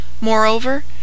Moreover